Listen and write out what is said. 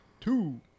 two